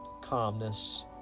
calmness